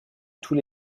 tous